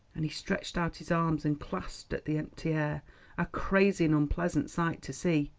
and he stretched out his arms and clasped at the empty air a crazy and unpleasant sight to see.